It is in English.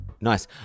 nice